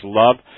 love